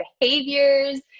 behaviors